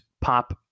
pop